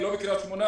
היא לא בקריית שמונה,